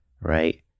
right